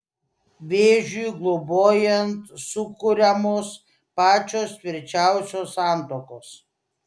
vėžiui globojant sukuriamos pačios tvirčiausios santuokos